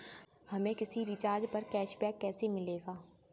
हमें किसी रिचार्ज पर कैशबैक कैसे मिलेगा?